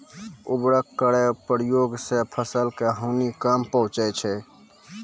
उर्वरक केरो प्रयोग सें फसल क हानि कम पहुँचै छै